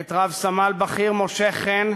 את רב-סמל בכיר משה חן,